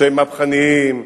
שהם מהפכניים,